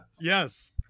Yes